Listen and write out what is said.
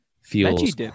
feels